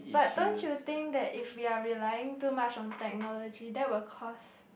but don't you think that if we are relying too much on technology that will cause